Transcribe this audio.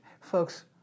Folks